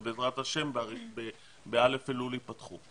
שבעזרת השם ב-א' אלול יפתחו.